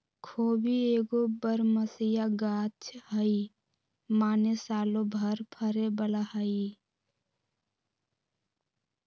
खोबि एगो बरमसिया ग़ाछ हइ माने सालो भर फरे बला हइ